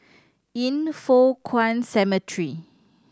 Yin Foh Kuan Cemetery